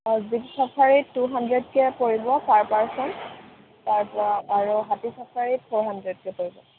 অঁ জীপ ছাফাৰীত টু হাণ্ড্ৰেডকৈ পৰিব পাৰ পাৰ্চন তাৰ পৰা আৰু হাতী ছাফাৰীত ফ'ৰ হাণ্ড্ৰেডকৈ পৰিব